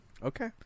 Okay